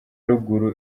ruguru